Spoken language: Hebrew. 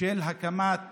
של הקמת